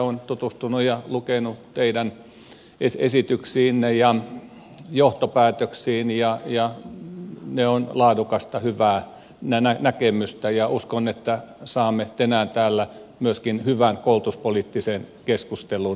olen tutustunut teidän esityksiinne ja johtopäätöksiinne ja lukenut ne ja ne ovat laadukasta hyvää näkemystä ja uskon että saamme tänään täällä myöskin hyvän koulutuspoliittisen keskustelun liikkeelle